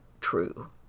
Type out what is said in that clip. true